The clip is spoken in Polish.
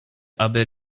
aby